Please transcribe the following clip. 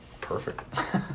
Perfect